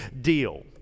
deal